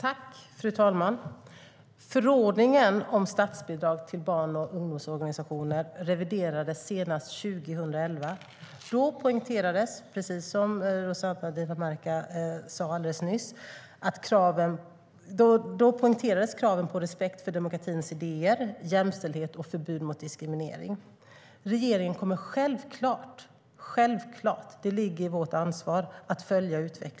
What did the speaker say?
Fru talman! Förordningen om statsbidrag till barn och ungdomsorganisationer reviderades senast 2011. Då poängterades, precis som Rossana Dinamarca nyss sa, kraven på respekt för demokratins idéer, jämställdhet och förbud mot diskriminering. Regeringen kommer självklart att följa utvecklingen. Det ligger i vårt ansvar.